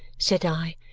said i.